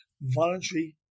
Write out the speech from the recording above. voluntary